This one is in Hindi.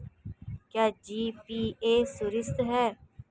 क्या जी.पी.ए सुरक्षित है?